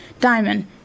Diamond